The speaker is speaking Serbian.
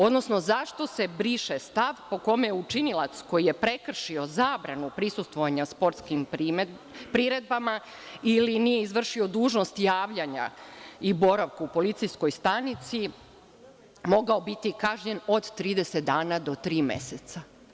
Odnosno, zašto se briše stav po kome učinilac koji je prekršio zabranu prisustvovanja sportskim priredbama ili nije izvršio dužnost javljanja i boravka u policijskoj stanici, moga biti kažnjen od 30 dana do tri meseca?